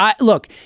Look